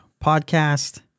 podcast